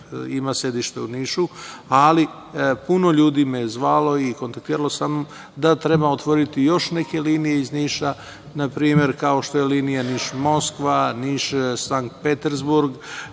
ima sedište u Nišu, ali puno ljudi me je zvalo i kontaktiralo sa mnom da treba otvoriti još neke linije iz Niša, npr. kao što je linija Niš-Moskva, Niš-Sankt Petersburg,